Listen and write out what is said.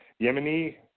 Yemeni